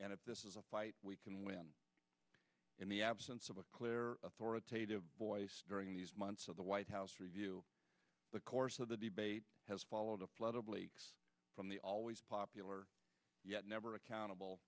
and if this is a fight we can win in the absence of a clear authoritative voice during these months of the white house review the course of the debate has followed a lot of leaks from the always popular never accountable